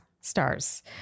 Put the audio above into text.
Stars